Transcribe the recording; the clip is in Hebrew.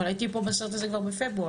אבל הייתי בסרט הזה כבר בפברואר,